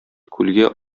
күлгә